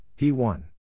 P1